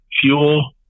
fuel